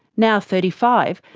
now thirty five,